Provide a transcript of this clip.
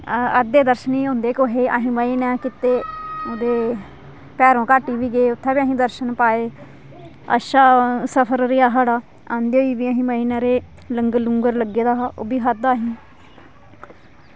अद्धे दर्शन ई होंदे कुसै गी ते असें मजे नै कीते ते भैरो घाटी बी गे उत्थें बी असें दर्शन पाए अच्छा सफर रेहा साढ़ा आंदे होई बी अस मज़े नै रेह् लंगर लुंगर लग्गे दा हा ओह् बी खाद्धा असें